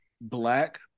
black